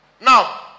Now